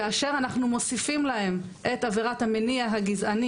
כאשר אנחנו מוסיפים להם את עבירת המניע הגזעני